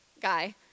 guy